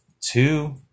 two